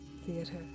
Theater